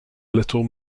little